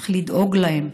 צריך לדאוג להם.